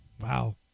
Wow